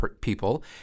people